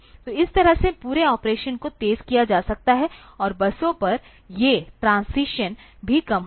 तो इस तरह से पूरे ऑपरेशन को तेज किया जा सकता है और बसों पर ये ट्रांजीशन भी कम होगा